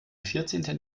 vierzehnten